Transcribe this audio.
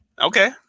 Okay